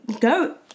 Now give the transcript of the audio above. go